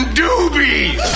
doobies